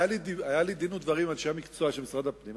היה לי דין ודברים עם אנשי המקצוע של משרד הפנים.